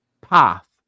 path